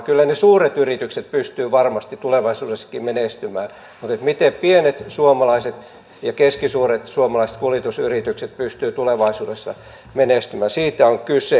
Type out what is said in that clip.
kyllä ne suuret yritykset pystyvät varmasti tulevaisuudessakin menestymään mutta miten pienet ja keskisuuret suomalaiset kuljetusyritykset pystyvät tulevaisuudessa menestymään siitä on kyse